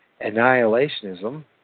annihilationism